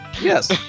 Yes